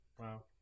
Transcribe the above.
Wow